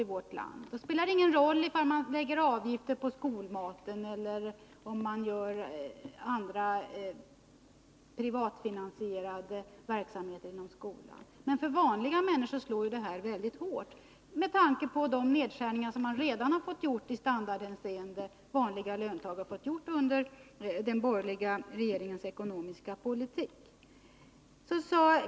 37 För dem spelar det ingen roll ifall man lägger avgift på skolmaten eller gör andra verksamheter inom skolan privatfinansierade. Men för vanliga människor slår det väldigt hårt med tanke på de nedskärningar av standarden som löntagarna redan har fått göra på grund av den borgerliga regeringens ekonomiska politik.